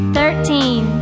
Thirteen